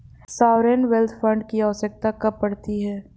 Sovereign wealth fund की आवश्यकता कब पड़ती है?